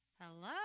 hello